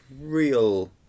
real